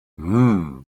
hmm